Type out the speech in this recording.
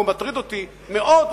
והוא מטריד אותי מאוד,